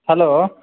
hello